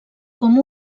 com